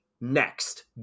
next